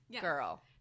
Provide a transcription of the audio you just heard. girl